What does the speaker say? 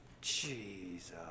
jesus